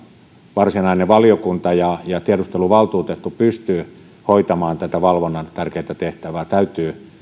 varsinainen valiokunta ja ja tiedusteluvaltuutettu pystyvät hoitamaan tätä valvonnan tärkeätä tehtävää täytyy